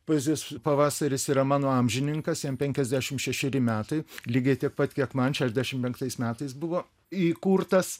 poezijos pavasaris yra mano amžininkas jam penkiasdešimt šešeri metai lygiai tiek pat kiek man šešiasdešimt penktais metais buvo įkurtas